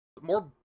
More